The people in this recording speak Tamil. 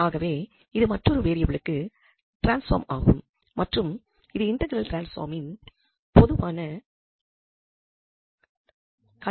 ஆகவே இது மற்றொரு வேரியபிளுக்கு டிரான்ஸ்பாம் ஆகும் மற்றும் இது இண்டெக்ரல் டிரான்ஸ்பாமின் பொதுவான கண்டெண்ட் ஆகும்